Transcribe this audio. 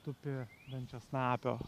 tupi dančiasnapio